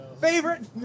Favorite